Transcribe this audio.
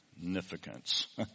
Significance